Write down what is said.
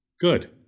Good